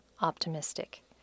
optimistic